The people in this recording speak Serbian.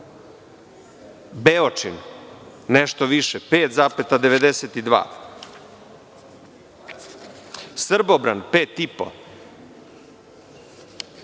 Beočin, nešto više – 5,92. Srbobran – 5,5;